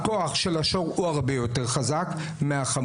הכוח של השור הוא הרבה יותר חזק מהחמור,